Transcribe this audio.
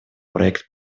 проект